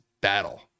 battle